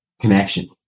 connection